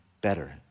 better